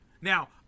Now